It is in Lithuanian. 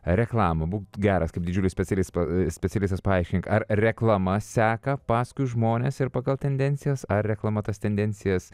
reklamą būk geras kaip didžiulis specialistas specialistas paaiškink ar reklama seka paskui žmones ir pagal tendencijas ar reklama tas tendencijas